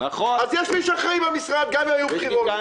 אז יש מי שאחראי במשרד, גם אם היו בחירות.